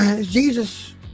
Jesus